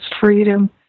freedom